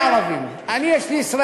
אני, אין לי ערבים, אני, יש לי ישראלים.